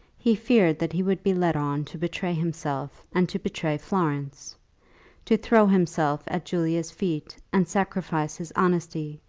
he feared that he would be led on to betray himself and to betray florence to throw himself at julia's feet and sacrifice his honesty,